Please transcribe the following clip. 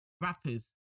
rappers